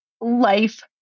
life